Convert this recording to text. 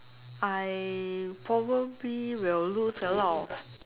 I probably will lose a lot of